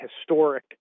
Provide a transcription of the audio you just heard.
historic